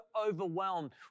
overwhelmed